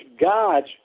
God's